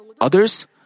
others